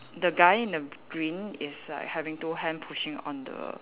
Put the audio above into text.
the guy in the green is like having two hand pushing on the